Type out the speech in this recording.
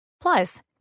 Plus